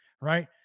right